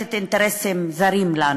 המשרתת אינטרסים זרים לנו.